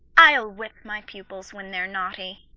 i'll whip my pupils when they're naughty.